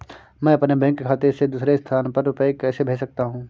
मैं अपने बैंक खाते से दूसरे स्थान पर रुपए कैसे भेज सकता हूँ?